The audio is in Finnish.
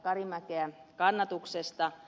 karimäkeä kannatuksesta